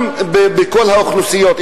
גם בכל האוכלוסיות,